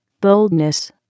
boldness